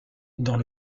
dans